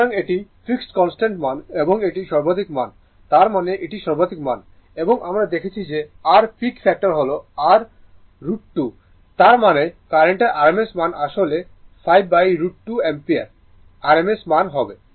সুতরাং এটি fixed constant মান এবং এটি সর্বাধিক মান তার মানে এটি সর্বাধিক মান এবং আমরা দেখেছি যে r পিক ফ্যাক্টর হল r √2 তার মানে কার্রেন্টের RMS মান আসলে 5√2 অ্যাম্পিয়ার RMS মান হবে